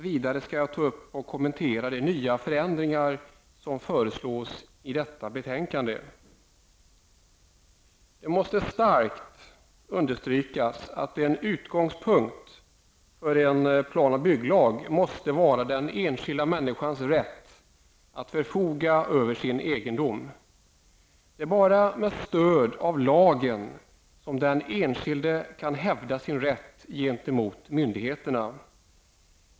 Vidare skall jag ta upp och kommentera de nya förändringar som föreslås i detta betänkande. Det måste starkt understrykas att en utgångspunkt för en plan och bygglag måste vara den enskilda människans rätt att förfoga över sin egendom. Det är bara med stöd av lagen som den enskilde kan hävda sin rätt gentemot myndigheter.